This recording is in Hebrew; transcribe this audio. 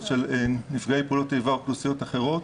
של נפגעי פעולות איבה אוכלוסיות אחרות,